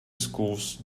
schools